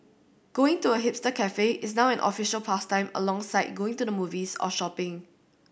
going to a hipster cafe is now an official pastime alongside going to the movies or shopping